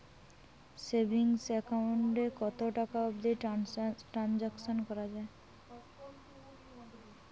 Savings account এ কতো টাকা অবধি ট্রানসাকশান করা য়ায়?